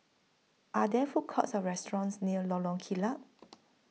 Are There Food Courts Or restaurants near Lorong Kilat